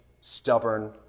stubborn